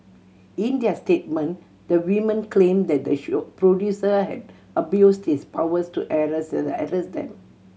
in their statement the women claim that the producer had abused his powers to harass harass them